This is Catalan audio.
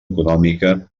econòmica